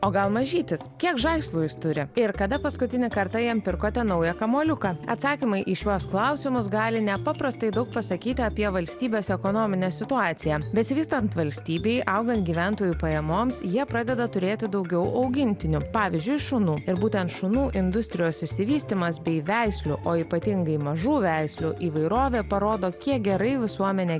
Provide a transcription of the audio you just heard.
o gal mažytis kiek žaislų jis turi ir kada paskutinį kartą jam pirkote naują kamuoliuką atsakymai į šiuos klausimus gali nepaprastai daug pasakyti apie valstybės ekonominę situaciją besivystant valstybei augant gyventojų pajamoms jie pradeda turėti daugiau augintinių pavyzdžiui šunų ir būtent šunų industrijos išsivystymas bei veislių o ypatingai mažų veislių įvairovė parodo kiek gerai visuomenė